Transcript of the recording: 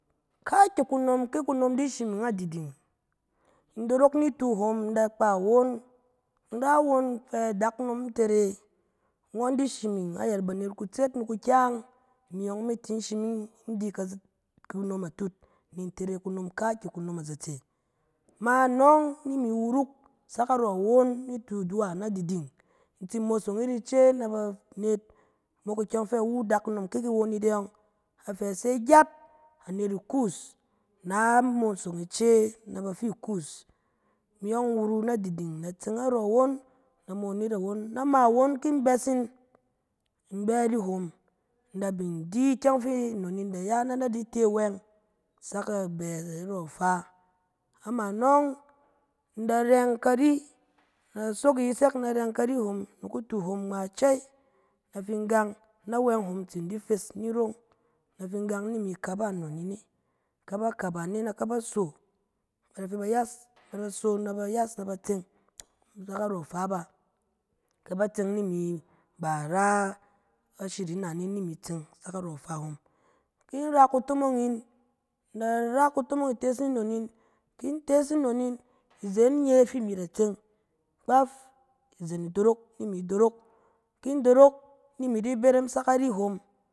Kakye kunom ki kunom di shiming na diding, in dorok ni tu hom ni in kpa awon, in ra won, in fɛ adakunom ntere, ngɔn di shiming ayɛt banet kutset ni kukyɛng, imi ƴɔng i mi ti shiming, in di kunom atut ni in tere kunom kakye kunom azatse. Ma nɔng, ni imi wuruk sak narɔ awon ni tu duwa na diding, in tsi mosong yit ice na ba anet, mok ikyɛng fɛ iwu dakunom ki won yit e yɔng, a fɛ i se gyat, anet ikuus na mosong ice na ba fi kuus. Imi ƴɔng in wuru na diding in tseng narɔ won, na mon yit awon. Ama won ki in bɛ yin, in bɛ ari hom, na bin di ikyɛng fi inon in da ya, na na di te wɛng sak a bɛ arɔ fa. Ama nɔng, in da rɛng kari, na sok ishɛk na rɛng kari hom, ni kutu hom ngma cɛy. Na fin gang nawɛng hom tsin di fes ni rong, na fin gang ni in kaba inon in ne. Ka ba kaba ne, na ka ba so. Ba da fɛ ba yas, na so na ba yas, na ba tseng sak narɔ ifa bá. Ka ba tse ni imi kpa ra ashiri a nan in ni imi tseng sak narɔ ifa hom. Ki in ra kutomong yin, na ra kutomong itees inon in, ki in tees inon in, izen nye fin in da tse, kpaf izen idorok, ni imi dorok, kin in dorok ni imi di berem sak ari hom.